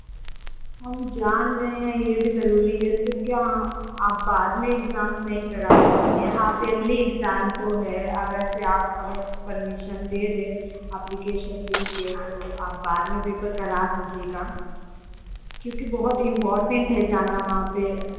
हम जान गए हैं ये भी ज़रूरी है तो क्या आप बाद में एग्ज़ाम नहीं करा सकती हैं हाफ़ यरली एग्ज़ाम तो है अगर से आप अगर परमिशन दे दें अप्लीकेशन लिख के तो आप बाद में पेपर करा दीजीएगा क्यूँकि बहुत इम्पोर्टेन्ट है जाना वहाँ पे